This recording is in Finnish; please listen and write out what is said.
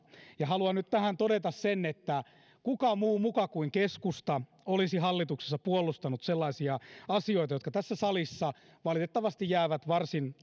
ja haluan nyt tähän todeta sen että kuka muu muka kuin keskusta olisi hallituksessa puolustanut sellaisia asioita jotka tässä salissa valitettavasti jäävät varsin